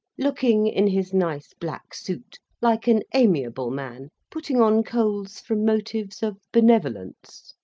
looking, in his nice black suit, like an amiable man putting on coals from motives of benevolence.